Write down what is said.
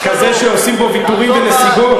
כזה שעושים בו ויתורים ונסיגות?